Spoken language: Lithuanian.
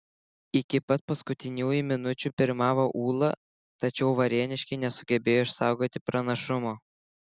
iki pat paskutiniųjų minučių pirmavo ūla tačiau varėniškiai nesugebėjo išsaugoti pranašumo